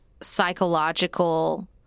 psychological